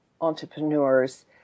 entrepreneurs